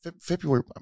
February